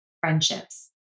friendships